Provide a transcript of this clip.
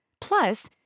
Plus